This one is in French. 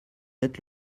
êtes